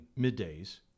middays